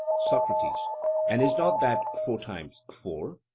socrates and is not that four times four?